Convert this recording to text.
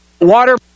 water